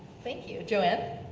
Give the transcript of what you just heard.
thank you, joanne?